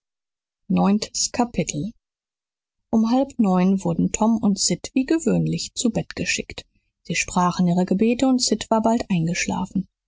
neuntes kapitel um halb neun wurden tom und sid wie gewöhnlich zu bett geschickt sie sprachen ihre gebete und sid war bald eingeschlafen